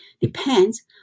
depends